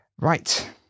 Right